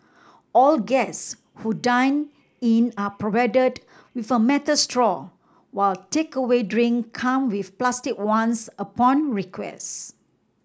all guests who dine in are provided with a metal straw while takeaway drink come with plastic ones upon